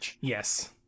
Yes